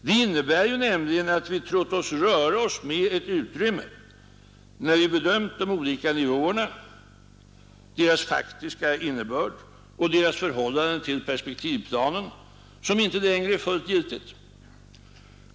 Det innebär nämligen att vi trott oss röra oss med ett utrymme, när vi bedömt de olika nivåerna, deras faktiska innebörd och deras förhållande till perspektivplanen, som inte längre är fullt giltigt.